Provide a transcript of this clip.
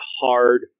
hard